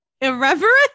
irreverent